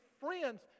friends